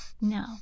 No